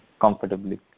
comfortably